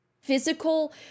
physical